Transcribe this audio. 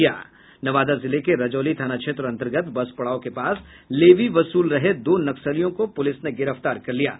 नवादा जिले के रजौली थाना क्षेत्र अंतर्गत बस पड़ाव के पास लेवी वसुल रहे दो नक्सलियों को पुलिस ने गिरफ्तार कर लिया है